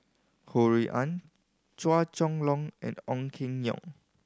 Ho Rui An Chua Chong Long and Ong Keng Yong